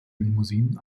limousinen